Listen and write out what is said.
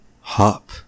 hop